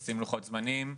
תשים לוחות זמנים,